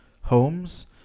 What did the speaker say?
Homes